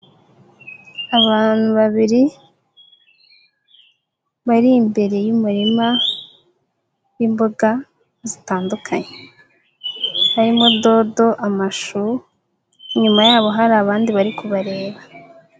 Abantu babiri bari imbere y'umurima w'imboga zitandukanye. Harimo dodo, amashu, inyuma yaho hari abandi bari kubareba.